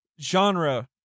genre